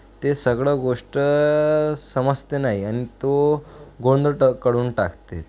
ते सगळं गोष्ट समजते नाही आणि तो गोंधट करून टाकते